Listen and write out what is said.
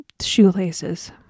shoelaces